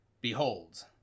Behold